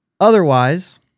Otherwise